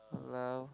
!walao!